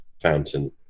fountain